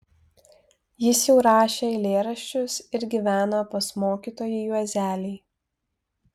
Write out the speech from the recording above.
jis jau rašė eilėraščius ir gyveno pas mokytoją juozelį